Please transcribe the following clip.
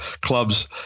clubs